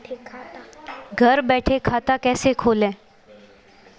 घर बैठे खाता कैसे खोलें?